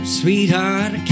sweetheart